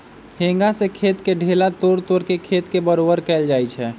हेंगा से खेत के ढेला तोड़ तोड़ के खेत के बरोबर कएल जाए छै